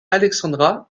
alexandra